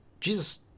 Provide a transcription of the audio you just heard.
Jesus